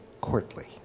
courtly